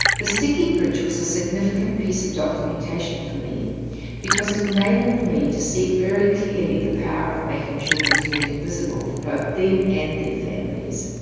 the sticky bridge was a significant piece of documentation for me because it enabled me to see very clearly the power of making children's learning visible for both them and their families.